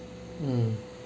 mm